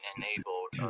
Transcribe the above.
enabled